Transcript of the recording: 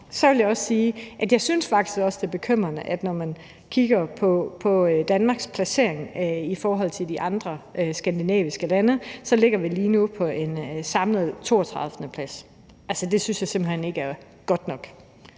også synes, at det er bekymrende, at når man kigger på Danmarks placering i forhold til de andre skandinaviske lande, så ligger vi lige nu på en samlet 32.-plads. Det synes jeg simpelt hen ikke er godt nok,